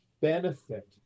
benefit